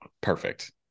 perfect